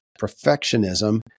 perfectionism